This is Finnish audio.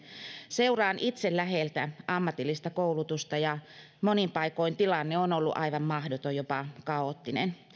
seuraan itse läheltä ammatillista koulutusta ja monin paikoin tilanne on ollut aivan mahdoton jopa kaoottinen